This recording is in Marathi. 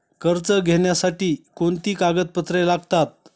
कर्ज घेण्यासाठी कोणती कागदपत्रे लागतात?